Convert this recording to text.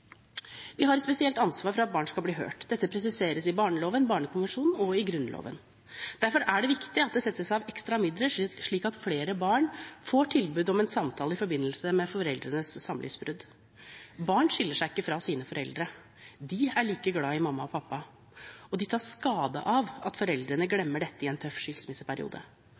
Vi har et spesielt ansvar for at barn skal bli hørt. Dette presiseres i barneloven, Barnekonvensjonen og i Grunnloven. Derfor er det viktig at det settes av ekstra midler, slik at flere barn får tilbud om en samtale i forbindelse med foreldrenes samlivsbrudd. Barn skiller seg ikke fra sine foreldre, de er like glad i mamma og pappa, og de tar skade av at foreldrene glemmer dette i en tøff skilsmisseperiode.